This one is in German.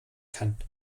kann